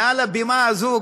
מעל הבימה הזאת,